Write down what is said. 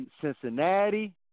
Cincinnati